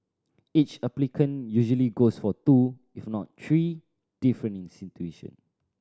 each applicant usually goes for two if not three different institution